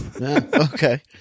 Okay